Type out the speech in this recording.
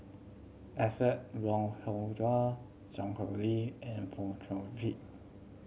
Alfred Wong Hong Kwok Sun Xueling and Fong Chong Pik